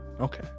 okay